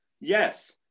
yes